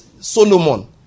Solomon